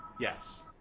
Yes